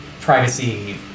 privacy